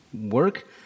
work